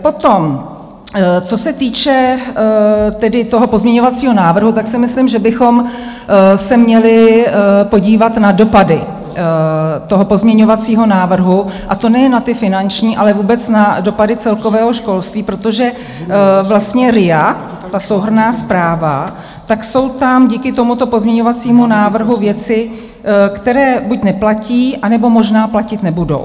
Potom co se týče toho pozměňovacího návrhu, tak si myslím, že bychom se měli podívat na dopady pozměňovacího návrhu, a to nejen na ty finanční, ale vůbec na dopady celkového školství, protože vlastně RIA, ta souhrnná zpráva, tam jsou díky tomuto pozměňovacímu návrhu věci, které buď neplatí, anebo možná platit nebudou.